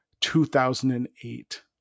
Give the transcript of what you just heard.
2008